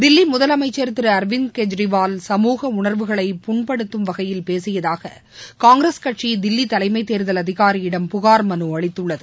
தில்லிமுதலமைச்சர் திருஅரவிந்த் கெஜ்ரிவால் சமூக உணர்வுகளை புண்படுத்தும் வகையில் பேசியதாககாங்கிரஸ் கட்சிதில்லிதலைமைதேர்தல் அதிகாரியிடம் புகார் மனுஅளித்துள்ளது